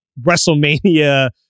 WrestleMania